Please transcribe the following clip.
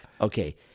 Okay